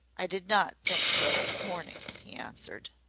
i did not think so this morning, he answered.